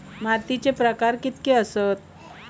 मातीचे प्रकार कितके आसत?